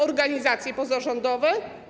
Organizacje pozarządowe?